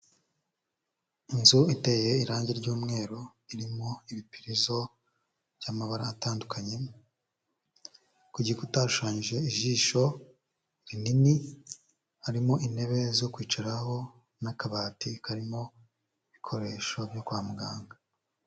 Inzu iteye irangi ry'umweru, irimo ibipirizo by'amabara atandukanye, ku gikuta hashushanyije ijisho rinini, harimo intebe zo kwicaraho n'akabati karimo ibikoresho byo kwa muganga.